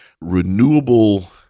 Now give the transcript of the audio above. renewable